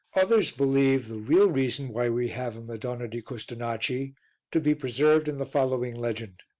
others believe the real reason why we have a madonna di custonaci to be preserved in the following legend.